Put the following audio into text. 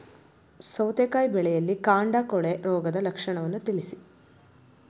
ಸೌತೆಕಾಯಿ ಬೆಳೆಯಲ್ಲಿ ಕಾಂಡ ಕೊಳೆ ರೋಗದ ಲಕ್ಷಣವನ್ನು ತಿಳಿಸಿ?